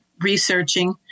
researching